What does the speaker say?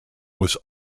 was